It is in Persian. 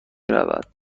رود